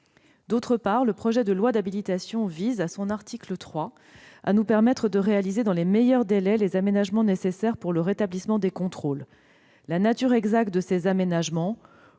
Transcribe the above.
ailleurs, le projet de loi d'habilitation vise, à son article 3, à nous permettre de réaliser dans les meilleurs délais les aménagements nécessaires en cas de rétablissement des contrôles. La nature exacte de ces aménagements-